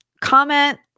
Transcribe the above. comment